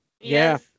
Yes